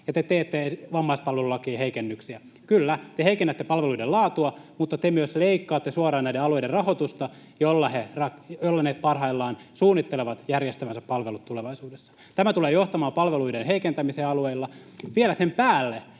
ja te teette vammaispalvelulakiin heikennyksiä. Kyllä, te heikennätte palveluiden laatua, mutta te myös leikkaatte suoraan näiden alueiden rahoitusta, jolla ne parhaillaan suunnittelevat järjestävänsä palvelut tulevaisuudessa. Tämä tulee johtamaan palveluiden heikentämiseen alueilla vielä sen päälle,